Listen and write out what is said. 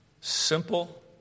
simple